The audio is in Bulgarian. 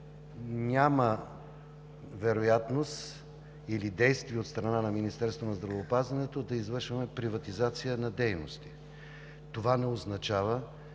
няма вероятност или действие от страна на Министерството на здравеопазването да извършваме приватизация на дейности. Това не означава,